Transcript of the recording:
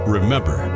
Remember